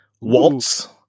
waltz